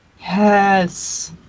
Yes